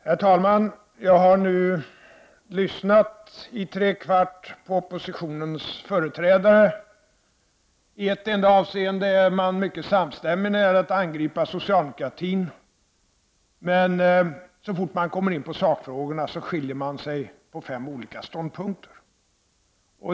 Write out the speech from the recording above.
Herr talman! Jag har nu lyssnat i tre kvart på oppositionens företrädare. I ett enda avseende är man mycket samstämmig — när det gäller att angripa socialdemokratin. Men så fort man kommer in på sakfrågorna skiljer man sig och intar fem olika ståndpunkter.